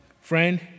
Friend